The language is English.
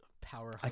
power